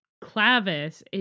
clavis